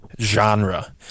genre